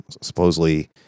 supposedly